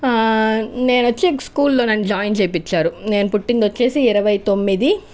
నేను వచ్చి స్కూల్లో నన్ను జాయిన్ చేయించారు నేను పుట్టింది వచ్చి ఇరవై తొమ్మిది